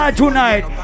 tonight